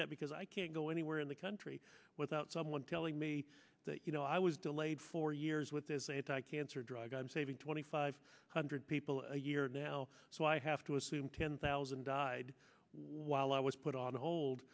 that because i can't go anywhere in the country without someone telling me that you know i was delayed for years with this anti cancer drug i'm saving twenty five hundred people a year now so i have to assume ten thousand died while i was put on hold